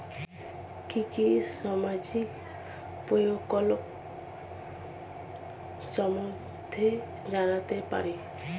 কি কি সামাজিক প্রকল্প সম্বন্ধে জানাতে পারি?